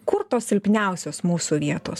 kur tos silpniausios mūsų vietos